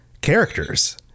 characters